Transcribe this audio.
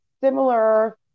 similar